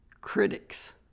critics